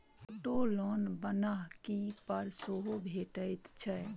auto loan बन्हकी पर सेहो भेटैत छै